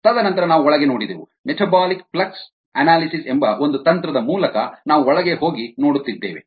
ತದನಂತರ ನಾವು ಒಳಗೆ ನೋಡಿದೆವು ಮೆಟಾಬಾಲಿಕ್ ಫ್ಲೆಕ್ಸ್ ಅನಾಲಿಸಿಸ್ ಎಂಬ ಒಂದು ತಂತ್ರದ ಮೂಲಕ ನಾವು ಒಳಗೆ ನೋಡುತ್ತಿದ್ದೇವೆ